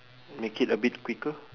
make it a bit quicker